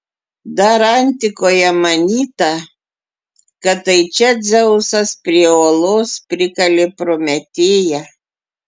dar antikoje manyta kad tai čia dzeusas prie uolos prikalė prometėją